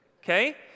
okay